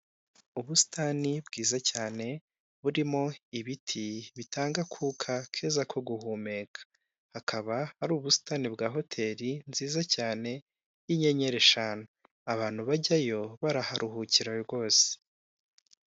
Ubusitani bwiza cyane burimo ibiti bitanga akuka keza ko guhumeka, akaba ari ubusitani bwa hoteri nziza cyane y'inyenyeri eshanu, abantu bajyayo baraharuhukira rwose.